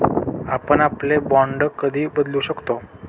आपण आपले बाँड कधी बदलू शकतो?